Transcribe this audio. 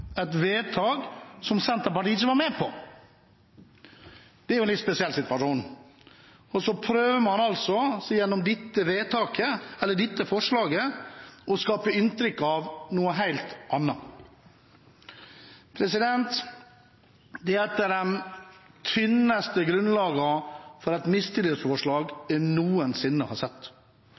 et vedtak som Senterpartiet ikke var med på. Det er jo en litt spesiell situasjon. Og så prøver man altså gjennom dette forslaget å skape inntrykk av noe helt annet. Dette er et av de tynneste grunnlagene for et mistillitsforslag jeg noensinne har sett,